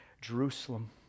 Jerusalem